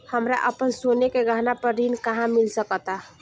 हमरा अपन सोने के गहना पर ऋण कहां मिल सकता?